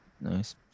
Nice